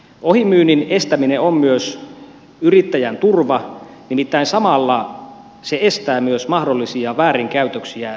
ohimyynnin estäminen on myös yrittäjän turva nimittäin samalla se estää myös mahdollisia väärinkäytöksiä työntekijöiden taholta